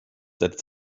that